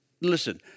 listen